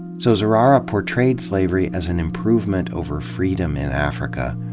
so zurara portrayed slavery as an improvement over freedom in africa,